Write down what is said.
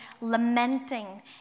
lamenting